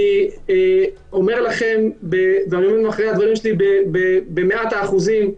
אני אומר לכם במאת האחוזים,